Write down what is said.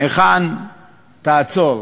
היכן תעצור.